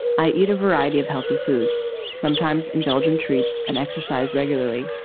i eat a variety of healthy foods sometimes indulge in treats and exercise regularly.